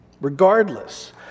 Regardless